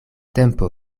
tempo